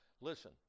listen